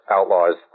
Outlaw's